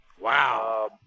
Wow